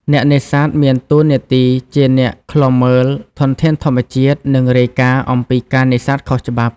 អ្នកនេសាទមានតួនាទីជា អ្នកឃ្លាំមើល ធនធានធម្មជាតិ និងរាយការណ៍អំពីការនេសាទខុសច្បាប់។